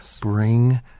bring